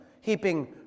heaping